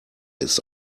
ist